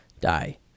die